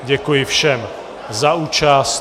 Děkuji všem za účast.